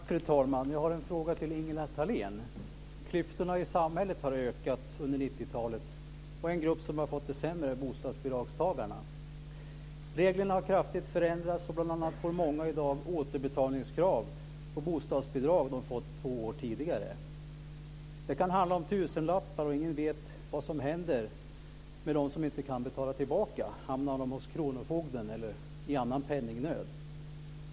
Fru talman! Jag har en fråga till Ingela Thalén. Klyftorna i samhället har ökat under 90-talet. En grupp som har fått det sämre är bostadsbidragstagarna. Reglerna har kraftigt förändrats. Bl.a. får många i dag återbetalningskrav på bostadsbidrag de fått två år tidigare. Det kan handla om tusenlappar. Ingen vet vad som händer med dem som inte kan betala tillbaka. Hamnar de hos kronofogden eller i annan penningnöd?